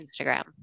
Instagram